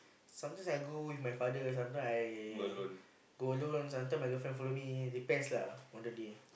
sometimes I go with my father sometimes I go alone sometimes my girlfriend follow me depends lah on the day